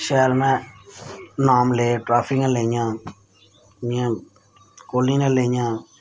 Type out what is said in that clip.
शैल में नाम ले ट्रैफियां लेइयां जि'यां कोहली ने लेइयां